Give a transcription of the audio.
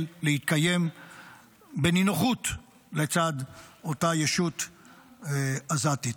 להתקיים בנינוחות לצד אותה ישות עזתית.